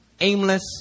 aimless